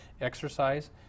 exercise